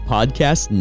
Podcast